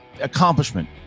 accomplishment